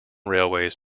railways